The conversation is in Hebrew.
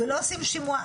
ולא עושים שימוע.